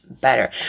better